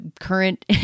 current